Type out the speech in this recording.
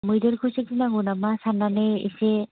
मैदेरखौसो गिनांगौ नामा साननानै एसे